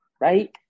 right